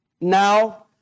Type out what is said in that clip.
Now